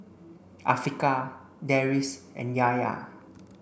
Afiqah Deris and Yahya